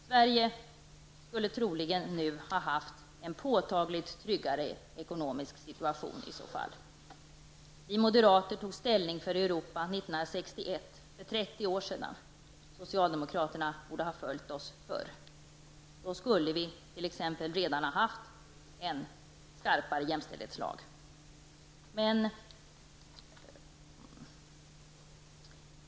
Sverige skulle troligen nu ha haft en påtagligt tryggare ekonomisk situation i så fall. Vi moderater tog ställning för Europa 1961, för 30 år sedan. Socialdemokraterna borde ha följt oss tidigare. Då skulle t.ex. vi redan ha haft en skarpare jämställdhetslag.